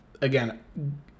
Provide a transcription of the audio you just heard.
again